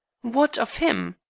what of him?